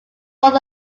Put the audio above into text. both